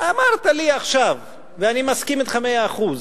אמרת לי עכשיו, ואני מסכים אתך במאה אחוז: